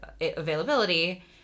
availability